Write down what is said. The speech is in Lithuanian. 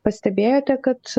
pastebėjote kad